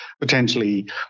potentially